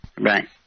Right